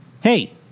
Hey